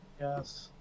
Yes